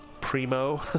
Primo